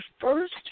first